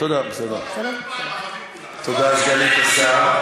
תודה לסגנית השר.